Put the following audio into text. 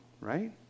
right